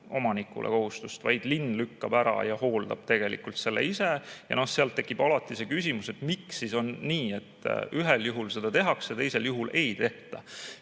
omanikule kohustust, vaid linn lükkab lume ära ja hooldab tegelikult ise. Ja seal tekib alati see küsimus, et miks siis on nii, et ühel juhul seda tehakse ja teisel juhul ei tehta.